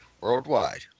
worldwide